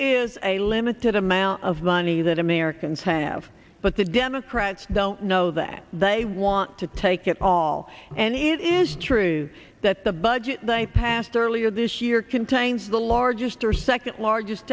is a limited amount of money that americans have but the democrats don't know that they want to take it all and it is true that the budget they passed earlier this year contains the largest or second largest